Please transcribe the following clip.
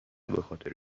بخاطر